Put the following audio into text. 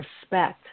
respect